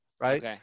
right